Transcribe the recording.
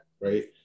right